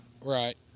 Right